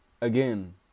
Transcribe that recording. again